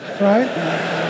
right